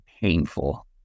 painful